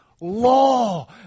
law